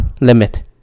limit